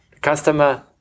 customer